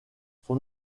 son